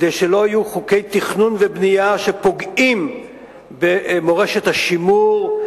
כדי שלא יהיו חוקי תכנון ובנייה שפוגעים במורשת השימור,